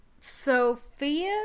Sophia